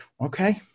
Okay